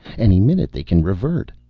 any minute they can revert.